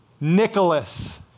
Nicholas